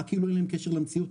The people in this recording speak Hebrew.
ונראה כאילו אין להם קשר למציאות,